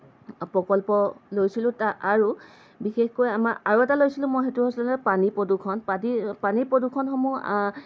প্ৰকল্প লৈছিলোঁ তা আৰু বিশেষকৈ আমাৰ আৰু এটা লৈছিলোঁ সেইটো থৈছে যে পানী প্ৰদূষণ পাদী পানী প্ৰদূষণসমূহ